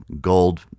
gold